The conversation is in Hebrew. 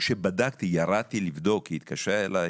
היא התקשרה אליי